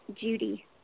Judy